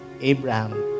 Abraham